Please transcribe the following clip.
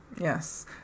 Yes